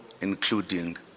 including